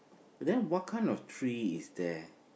then what kind of tree is there